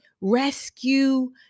rescue